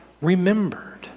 remembered